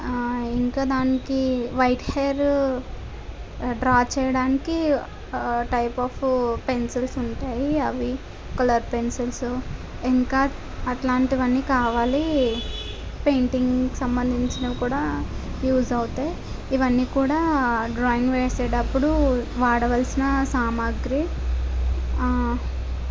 ఇంకా దానికి white hair draw చేయడానికి టైప్ ఆఫ్ పెన్సిల్స్ ఉంటాయి అవి కలర్ పెన్సిల్స్ ఇంకా అట్లాంటివన్నీ కావాలి పెయింటింగ్స్ సంబంధించినవి కూడా యూజ్ అవుతాయి ఇవన్నీ కూడా డ్రాయింగ్ వేసేటప్పుడు వాడవలసిన సామాగ్రి